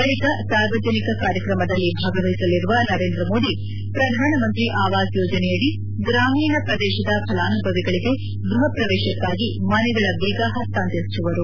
ಬಳಿಕ ಸಾರ್ವಜನಿಕ ಕಾರ್ಯಕ್ರಮದಲ್ಲಿ ಭಾಗವಹಿಸಲಿರುವ ನರೇಂದ್ರ ಮೋದಿ ಶ್ರಧಾನಮಂತ್ರಿ ಆವಾಸ್ ಯೋಜನೆಯಡಿ ಗ್ರಾಮೀಣ ಪ್ರದೇಶದ ಫಲಾನುಭವಿಗಳಿಗೆ ಗೃಹಪ್ರವೇಶಕ್ಕಾಗಿ ಮನೆಗಳ ಬೀಗ ಹಸ್ತಾಂತರಿಸುವರು